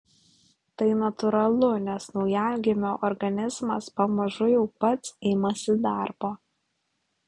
tai natūralu nes naujagimio organizmas pamažu jau pats imasi darbo